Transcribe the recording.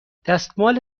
دستمال